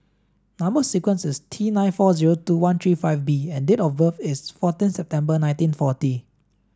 number sequence is T nine four zero two one three five B and date of birth is fourteen September nineteen forty